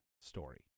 story